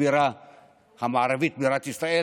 בירת ישראל,